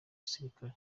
gisirikare